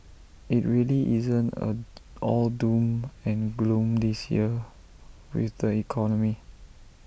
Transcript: IT really isn't A all doom and gloom this year with the economy